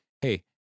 Hey